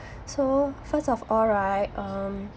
so first of all right um